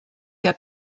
der